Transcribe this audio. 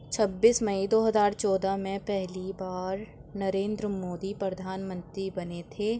چھبیس مئی دو ہزار چودہ میں پہلی بار نریندر مودی پردھان منتری بنے تھے